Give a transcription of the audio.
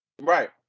Right